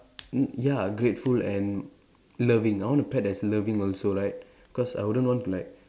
y~ ya grateful and loving I want a pet that's loving also like cause I wouldn't want to like